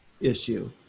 issue